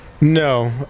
No